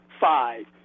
five